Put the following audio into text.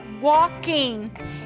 walking